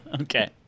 Okay